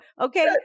okay